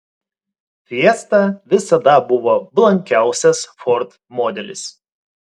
fiesta visada buvo blankiausias ford modelis